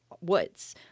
woods